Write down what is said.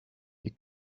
you